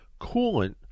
coolant